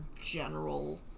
general